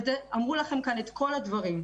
אמרו לכם כאן את כל הדברים.